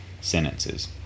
sentences